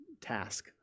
task